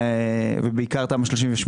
ובעיקר תמ"א 38,